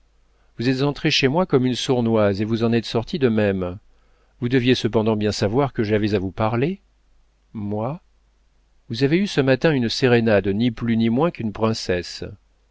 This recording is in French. vous êtes entrée chez moi comme une sournoise et vous en êtes sortie de même vous deviez cependant bien savoir que j'avais à vous parler moi vous avez eu ce matin une sérénade ni plus ni moins qu'une princesse